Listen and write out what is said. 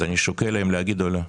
אז אני שוקל אם להגיד או לא.